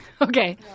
Okay